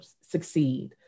succeed